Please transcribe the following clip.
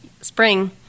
spring